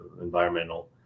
environmental